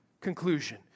conclusion